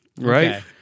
Right